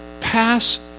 pass